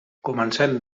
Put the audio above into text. comencem